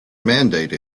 mandate